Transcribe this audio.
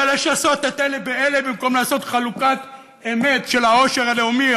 ולשסות את אלה באלה במקום לעשות חלוקת אמת של העושר הלאומי,